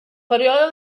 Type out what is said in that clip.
període